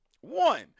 one